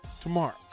tomorrow